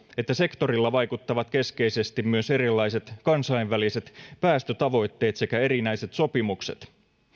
että sektorilla vaikuttavat keskeisesti myös erilaiset kansainväliset päästötavoitteet sekä erinäiset sopimukset